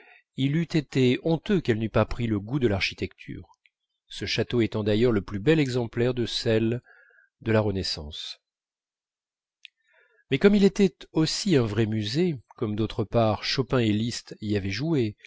il eût été honteux qu'elle n'eût pas pris le goût de l'architecture ce château étant d'ailleurs le plus bel exemplaire de celle de la renaissance mais comme il était aussi un vrai musée comme d'autre part chopin et liszt y avaient joué